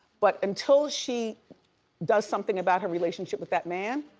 but until she does something about her relationship with that man.